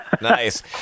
nice